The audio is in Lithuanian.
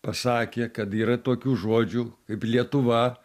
pasakė kad yra tokių žodžių kaip lietuva